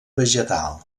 vegetal